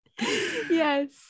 Yes